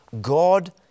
God